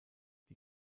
die